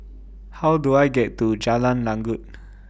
How Do I get to Jalan Lanjut